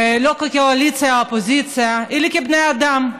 לא כקואליציה, אופוזיציה, אלא כבני אדם,